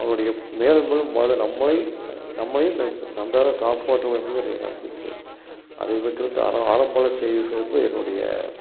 அவளுடைய மேலும் மேலும் நம்மளை நம்மளையும் நன்றாக காப்பாற்ற வேண்டும் என்கிற நம்பிக்கை அதை விட்டுவிட்டு ஆடம்பர என்னுடைய